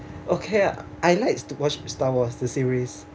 okay I like to watch star wars the series